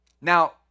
Now